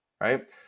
Right